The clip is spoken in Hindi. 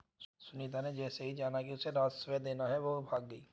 सुनीता ने जैसे ही जाना कि उसे राजस्व देना है वो भाग गई